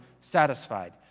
satisfied